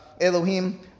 Elohim